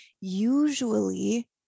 Usually